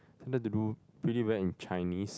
tended to do pretty well in Chinese